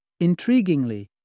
Intriguingly